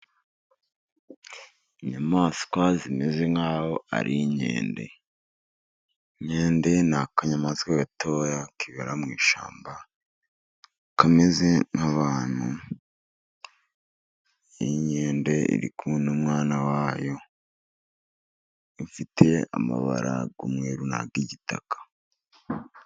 Inyamaswa zimeze nk'aho ari inkende. Inkende ni akanyamaswa gatoya kibera mu ishyamba, kameze nk'abantu, inkende iri kumwe n'umwana wayo, ifite amabara y'umweru n'ay'igitaka.